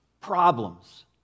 problems